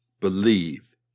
believe